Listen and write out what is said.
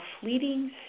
Fleeting